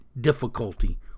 difficulty